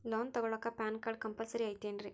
Loan ತೊಗೊಳ್ಳಾಕ PAN card compulsory ಐಯ್ತೇನ್ರಿ?